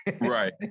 Right